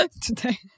today